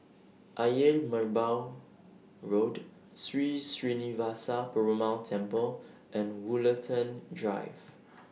Ayer Merbau Road Sri Srinivasa Perumal Temple and Woollerton Drive